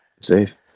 Safe